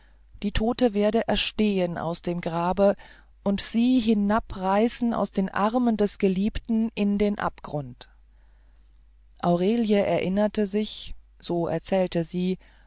die tote werde erstehn aus dem grabe und sie hinabreißen aus den armen des geliebten in den abgrund aurelie erinnerte sich so erzählte sie